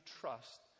trust